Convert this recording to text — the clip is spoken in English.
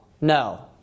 No